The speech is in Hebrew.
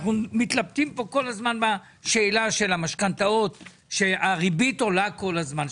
אנחנו מתלבטים פה כל הזמן בשאלה של המשכנתאות שהריבית עולה כל הזמן,